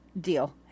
deal